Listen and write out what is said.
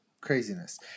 craziness